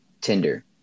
Tinder